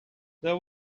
there